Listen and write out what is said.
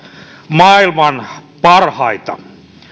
maailman parhaita